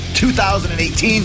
2018